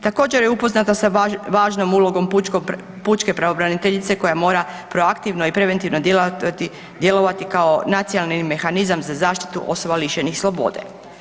Također je upoznata sa važnom ulogom pučke pravobraniteljice koja mora proaktivno i preventivno djelovati kao nacionalni mehanizam za zaštitu osoba lišenih slobode.